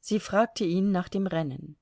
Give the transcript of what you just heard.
sie fragte ihn nach dem rennen